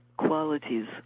Qualities